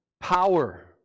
Power